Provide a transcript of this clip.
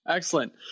Excellent